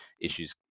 issues